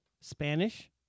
Spanish